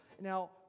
Now